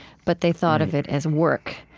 but they thought of it as work.